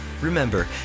Remember